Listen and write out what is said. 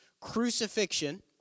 crucifixion